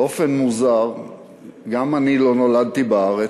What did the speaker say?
באופן מוזר גם אני לא נולדתי בארץ,